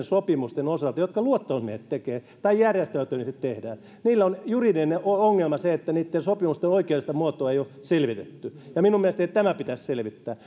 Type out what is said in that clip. sopimusten osalta jotka luottamusmiehet tekevät tai järjestäytyneesti tehdään on juridinen ongelma se että niitten sopimusten oikeudellista muotoa ei ole selvitetty ja minun mielestäni tämä pitäisi selvittää